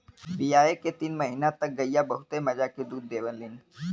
बियाये के तीन महीना तक गइया बहुत मजे के दूध देवलीन